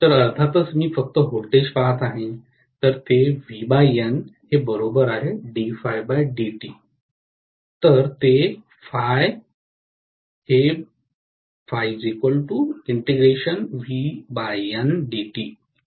तर अर्थातच मी फक्त व्होल्टेज पहात आहे तर ते आहे